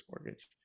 mortgage